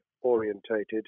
orientated